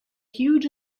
huge